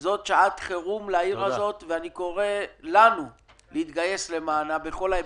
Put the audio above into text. זאת שעת חירום לעיר הזאת ואני קורא לנו להתגייס למענה בכל ההיבטים.